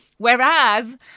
Whereas